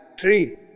three